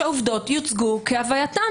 שהעובדות יוצגו כהווייתן.